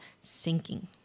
sinking